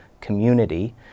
community